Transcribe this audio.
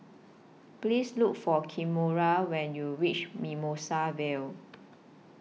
Please Look For Kimora when YOU REACH Mimosa Vale